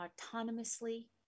autonomously